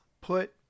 put